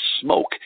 smoke